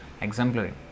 exemplary